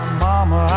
mama